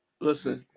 Listen